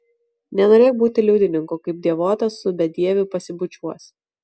nenorėk būti liudininku kaip dievotas su bedieviu pasibučiuos